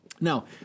now